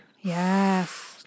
Yes